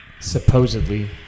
Supposedly